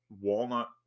walnut